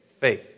faith